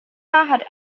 hat